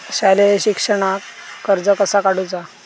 शालेय शिक्षणाक कर्ज कसा काढूचा?